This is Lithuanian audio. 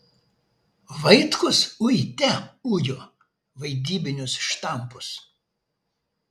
vaitkus uite ujo vaidybinius štampus